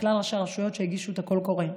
כלל ראשי הרשויות שהגישו את הקול קורא,